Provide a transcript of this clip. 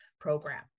program